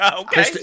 Okay